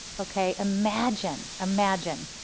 okay. imagine, imagine,